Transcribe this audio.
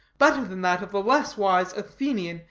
better than that of the less wise athenian,